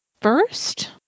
first